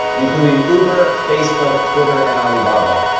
including uber, facebook, twitter, and alibaba.